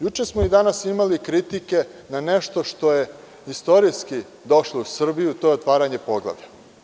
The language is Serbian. Juče smo i danas imali kritike na nešto što je istorijski došlo u Srbiju, a to je otvaranje poglavlja.